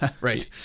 Right